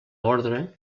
ordre